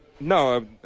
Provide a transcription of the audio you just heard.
No